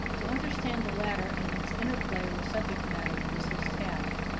to understand the latter in its interplay with subject matter is his task,